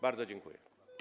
Bardzo dziękuję.